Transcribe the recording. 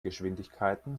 geschwindigkeiten